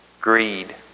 greed